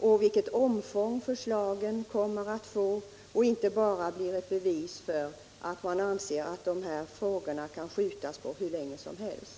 och på det omfång förslagen kommer att få, inte bara ett bevis för att man anser att dessa frågor kan skjutas upp hur länge som helst.